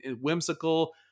whimsical